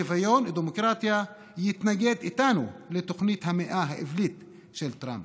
שוויון ודמוקרטיה יתנגד איתנו לתוכנית המאה האווילית של טראמפ.